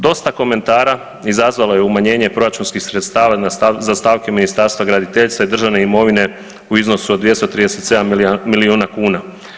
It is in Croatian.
Dosta komentara izazvalo je umanjenje proračunskih sredstava za stavke Ministarstva graditeljstva i državne imovine u iznosu od 237 milijuna kuna.